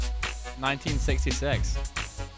1966